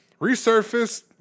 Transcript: Resurfaced